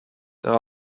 there